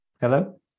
Hello